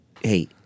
hey